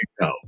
go